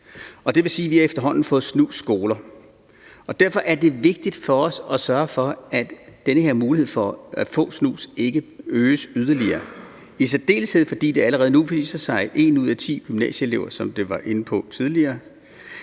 det vil sige, at vi efterhånden har fået snusskoler. Derfor er det vigtigt for os at sørge for, at den her mulighed for at få snus ikke øges yderligere, i særdeleshed fordi det allerede nu viser sig, at en ud af ti gymnasieelever, som vi var inde på tidligere,